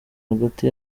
hagati